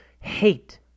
hate